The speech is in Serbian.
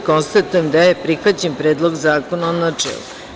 Konstatujem da je prihvaćen Predlog zakona u načelu.